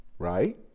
right